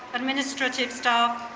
administrative staff,